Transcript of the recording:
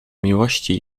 miłości